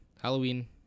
Halloween